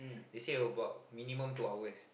they say about minimum two hours